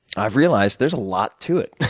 i've realized there's a lot to it.